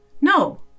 No